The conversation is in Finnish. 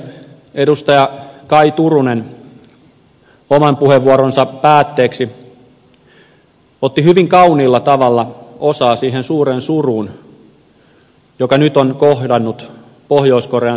edustaja kaj turunen oman puheenvuoronsa päätteeksi otti hyvin kauniilla tavalla osaa siihen suureen suruun joka nyt on kohdannut pohjois korean sitkeää kansaa